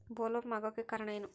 Bollworm ಆಗೋಕೆ ಕಾರಣ ಏನು?